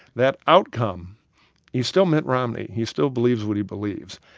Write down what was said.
that outcome he's still mitt romney. he still believes what he believes.